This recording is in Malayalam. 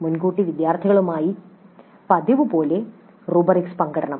മുൻകൂട്ടി വിദ്യാർത്ഥികളുമായി പതിവ് പോലെ റുബ്രിക്സ് പങ്കിടണം